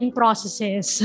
processes